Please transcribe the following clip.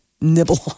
nibble